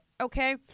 Okay